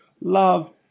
Love